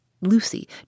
Lucy